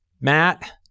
Matt